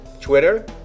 Twitter